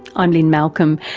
i'm lynne malcolm,